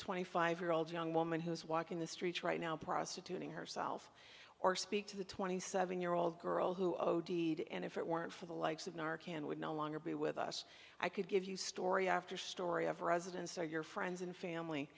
twenty five year old young woman who is walking the streets right now prostituting herself or speak to the twenty seven year old girl who o d d and if it weren't for the likes of mark and would no longer be with us i could give you story after story of residents are your friends and family